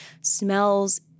smells